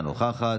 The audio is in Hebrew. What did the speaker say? אינה נוכחת.